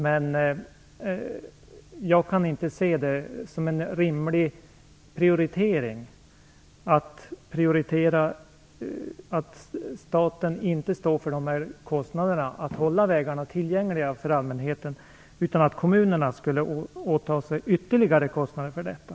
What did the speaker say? Jag kan dock inte se det som en rimlig prioritering att staten inte skall stå för de här kostnaderna för att hålla vägarna tillgängliga för allmänheten, utan att kommunerna skulle åta sig ytterligare kostnader för detta.